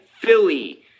Philly